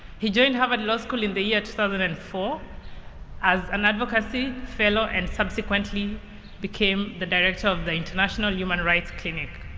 he joined harvard law school in the year two thousand and four as an advocacy fellow, and subsequently became the director of the international human rights clinic.